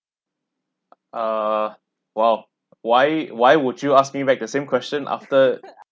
uh !wow! why why would you ask me back the same question after